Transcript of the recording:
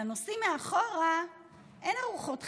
לנוסעים מאחור אין ארוחות חינם,